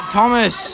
Thomas